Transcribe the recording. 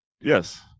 yes